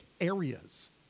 areas